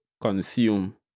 consume